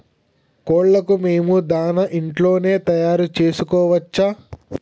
కోళ్లకు మేము దాణా ఇంట్లోనే తయారు చేసుకోవచ్చా?